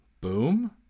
Boom